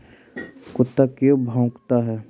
कुत्ता क्यों भौंकता है?